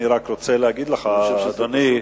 אני רק רוצה להגיד לך, אדוני,